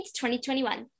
2021